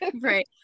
Right